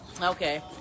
Okay